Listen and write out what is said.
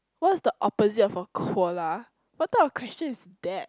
what is the opposite of a koala what type of question is that